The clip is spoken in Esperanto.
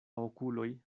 okuloj